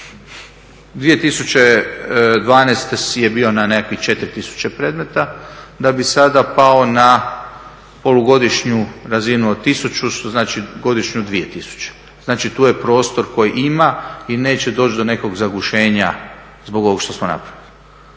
2012. je bio na nekakvih 4 tisuće predmeta da bi sada pao na polugodišnju razinu od 1000 što znači godišnju 2000, znači tu je prostor koji ima i neće doći do nekog zagušenja zbog ovog što smo napravili.